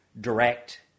direct